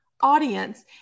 audience